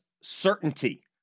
certainty